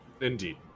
Indeed